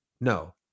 No